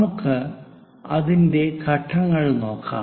നമുക്ക് അതിന്റെ ഘട്ടങ്ങൾ നോക്കാം